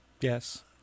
Yes